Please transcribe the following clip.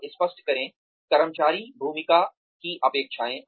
और स्पष्ट करे कर्मचारी भूमिका की अपेक्षाएँ